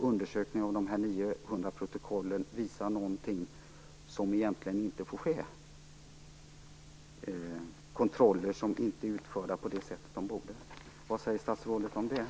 Undersökningen av de 900 protokollen visar på något som egentligen inte får ske, t.ex. kontroller som inte blir utförda på det sätt som de borde utföras. Vad säger statsrådet om detta?